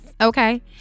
okay